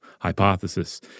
hypothesis